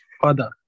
father